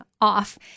off